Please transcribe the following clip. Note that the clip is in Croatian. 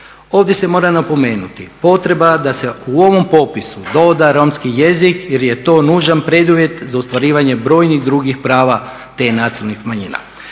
Ovdje se mora napomenuti potreba da se u ovom popisu doda romski jezik jer je to nužan preduvjet za ostvarivanje brojnih drugih prava te nacionalne manjine.